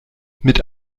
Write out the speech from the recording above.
mit